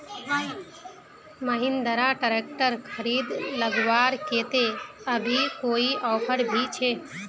Mahindra tractor खरीद लगवार केते अभी कोई ऑफर भी छे?